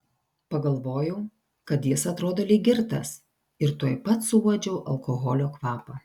pagalvojau kad jis atrodo lyg girtas ir tuoj pat suuodžiau alkoholio kvapą